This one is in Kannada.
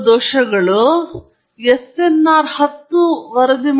ನೀವು ಅದನ್ನು ತೋರಿಸಬಹುದು ಇದು ತುಂಬಾ ಸುಲಭ ನಿಮಗಾಗಿ ಪರೀಕ್ಷಿಸಿ